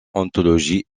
anthologies